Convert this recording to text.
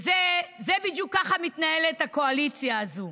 כך בדיוק מתנהלת הקואליציה הזו.